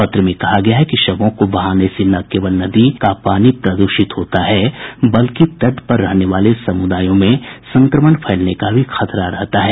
पत्र में कहा गया है शवों को बहाने से न केवल नदी का पानी प्रद्रषित होता है बल्कि तट पर रहने वाले समुदायों में संक्रमण फैलने का भी खतरा है